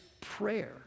prayer